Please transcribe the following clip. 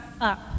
up